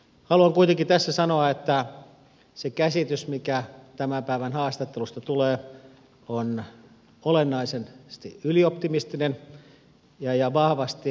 haluan kuitenkin tässä sanoa että se käsitys mikä tämän päivän haastattelusta tulee on olennaisesti ylioptimistinen ja vahvasti ennenaikainen